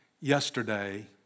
yesterday